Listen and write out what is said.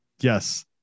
Yes